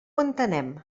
entenem